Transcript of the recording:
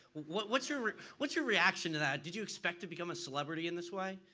what's your what's your reaction to that? did you expect to become a celebrity in this way?